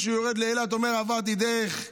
שיורד לאילת אומר: עברתי דרך דימונה,